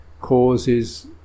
causes